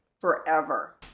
forever